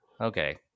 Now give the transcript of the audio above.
Okay